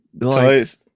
Toys